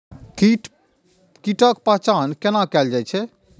कीटक पहचान कैना कायल जैछ?